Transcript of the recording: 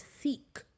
seek